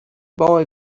boy